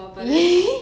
ya so